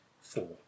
Four